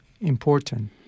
important